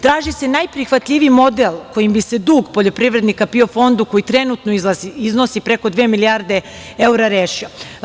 Traži se najprihvatljiviji model kojim bi se dug poljoprivrednika PIO fondu, koji trenutno iznosi preko dve milijarde evra, rešio.